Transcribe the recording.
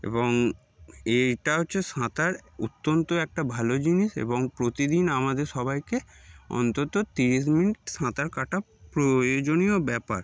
এবং এইটা হচ্ছে সাঁতার অত্যন্ত একটা ভালো জিনিস এবং প্রতিদিন আমাদের সবাইকে অন্তত তিরিশ মিনিট সাঁতার কাটা প্রয়োজনীয় ব্যাপার